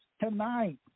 tonight